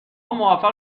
موفق